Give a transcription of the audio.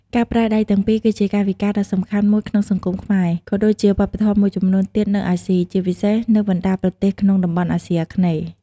ការប្រើដៃទាំងពីរ គឺជាកាយវិការដ៏សំខាន់មួយនៅក្នុងសង្គមខ្មែរ ក៏ដូចជាវប្បធម៌មួយចំនួនទៀតនៅអាស៊ី ជាពិសេសនៅបណ្តាប្រទេសក្នុងតំបន់អាស៊ីអាគ្នេយ៍។